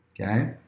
okay